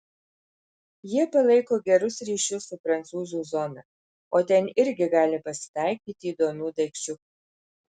jie palaiko gerus ryšius su prancūzų zona o ten irgi gali pasitaikyti įdomių daikčiukų